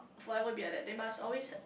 forever be like that they must always